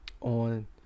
On